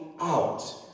Out